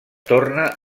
torna